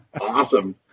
Awesome